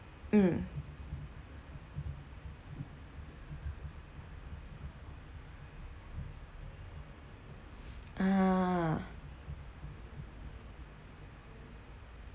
mm ah